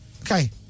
Okay